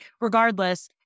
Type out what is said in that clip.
regardless